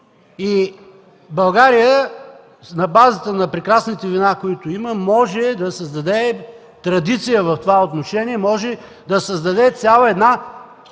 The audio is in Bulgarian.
България на базата на прекрасните вина, които има, може да създаде традиция в това отношение. Може да създаде цяла подобна